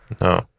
No